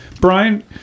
Brian